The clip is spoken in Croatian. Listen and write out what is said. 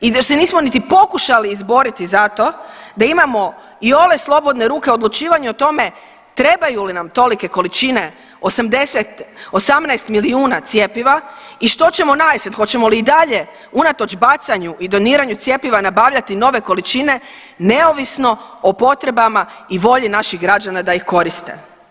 I da se nismo niti pokušali izboriti za to da imamo iole slobodne ruke o odlučivanju o tome treba li ju nam tolike količine 80, 18 milijuna cjepiva i što ćemo na … [[Govornica se ne razumije.]] hoćemo li i dalje unatoč bacanju i doniraju cjepiva nabavljati nove količine neovisno o potrebama i volji naših građana da ih koriste.